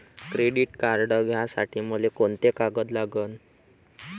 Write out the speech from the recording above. Credit card घ्यासाठी मले कोंते कागद लागन?